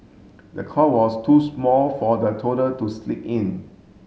the cot was too small for the toddler to sleep in